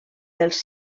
dels